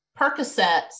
Percocets